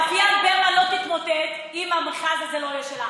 מאפיית ברמן לא תתמוטט אם המכרז הזה לא יהיה שלה,